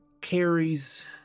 carries